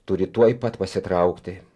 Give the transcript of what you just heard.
turi tuoj pat pasitraukti